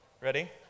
Ready